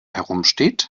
herumsteht